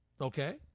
Okay